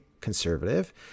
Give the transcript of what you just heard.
conservative